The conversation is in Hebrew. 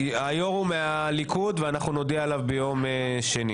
היו"ר הוא מהליכוד, ואנחנו נודיע עליו ביום שני.